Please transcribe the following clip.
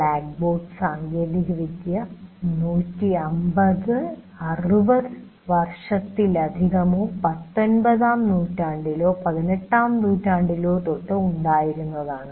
black board സാങ്കേതികവിദ്യ 150 160 വർഷത്തിലധികമോ പത്തൊൻപതാം നൂറ്റാണ്ടിലോ പതിനെട്ടാം നൂറ്റാണ്ടിലോ തൊട്ട് ഉണ്ടായിരുന്നതാണ്